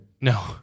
No